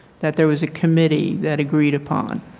that there was a committee that agreed upon.